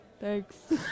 thanks